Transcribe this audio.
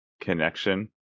connection